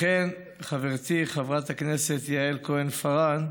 לכן, חברתי חברת הכנסת יעל כהן-פארן,